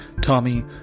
Tommy